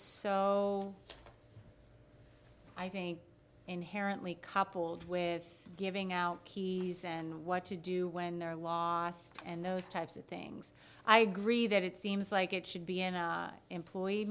so i think inherently coupled with giving out keys and what to do when they're lost and those types of things i agree that it seems like it should be an employee